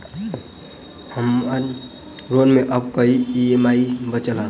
हम्मर लोन मे आब कैत ई.एम.आई बचल ह?